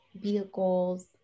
vehicles